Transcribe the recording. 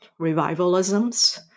revivalisms